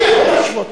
אני יכול להשוות.